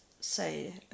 say